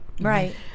Right